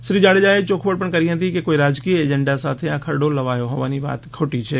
શ્રી જાડેજા એ ચોખવટ પણ કરી હતી કે કોઈ રાજકીય એજન્ડા સાથે આ ખરડો લવાયો હોવાની વાત ખોટી છે